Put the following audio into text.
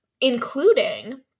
including